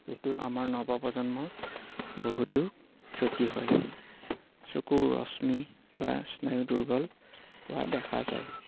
যিটো আমাৰ নৱ প্ৰজন্মৰ বহুতো ক্ষতি হয় চকুৰ ৰশ্মি বা স্নায়ু দুৰ্বল হোৱা দেখা যায়